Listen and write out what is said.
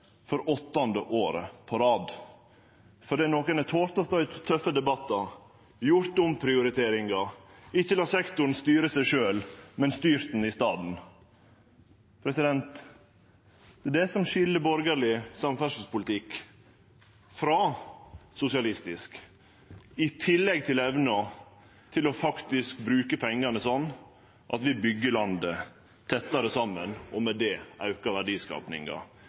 for åttande året på rad. For ein har tolt å stå i tøffe debattar, gjort omprioriteringar, ikkje late sektoren styre seg sjølv, men styrt han i staden. Det er det som skil borgarleg samferdselspolitikk frå sosialistisk, i tillegg til evna til faktisk å bruke pengane slik at vi byggjer landet tettare saman og med det aukar verdiskapinga